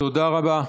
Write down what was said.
תודה רבה.